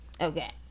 okay